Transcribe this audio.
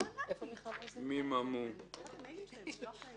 שלום לכולם, אני מתכבד לפתוח את